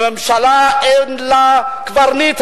לממשלה אין קברניט,